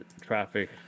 traffic